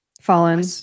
Fallen